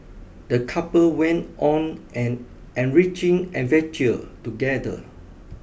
the couple went on an enriching adventure together